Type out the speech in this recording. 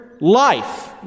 life